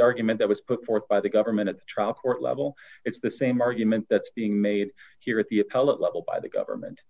argument that was put forth by the government at the trial court level it's the same argument that's being made here at the appellate level by the government